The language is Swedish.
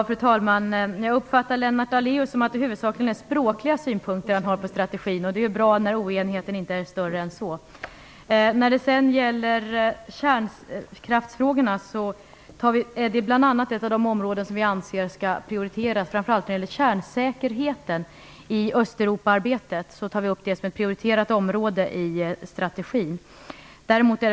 Fru talman! Jag uppfattar det Lennart Daléus sade som att det huvudsakligen är språkliga synpunkter han har på strategin, och det är ju bra om oenigheten inte är större än så. Kärnkraftsfrågorna är ett av de områden som vi anser skall prioriteras, och det gäller då framför allt kärnsäkerheten i Östeuropaarbetet. Detta tas upp som ett prioriterat område i strategin.